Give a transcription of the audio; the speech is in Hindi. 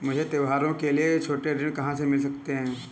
मुझे त्योहारों के लिए छोटे ऋण कहाँ से मिल सकते हैं?